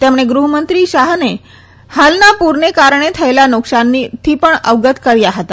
તેમણે ગૃહમંત્રી શાહને હાલના પુરને કારણે થયેલા નુકસાનથી પણ અવગત કરાયા હતા